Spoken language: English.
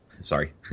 Sorry